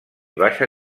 baixa